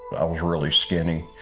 i was really skinny.